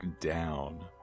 down